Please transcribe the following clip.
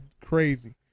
crazy